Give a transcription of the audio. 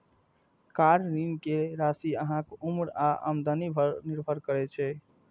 car ऋण के राशि अहांक उम्र आ आमदनी पर निर्भर करै छै